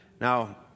Now